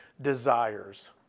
desires